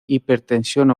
hipertensión